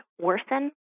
worsen